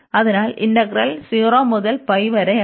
അതിനാൽ ഇന്റഗ്രൽ 0 മുതൽ വരെയാണ്